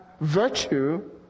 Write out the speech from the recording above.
virtue